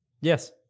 yes